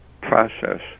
process